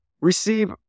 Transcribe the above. receive